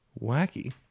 Wacky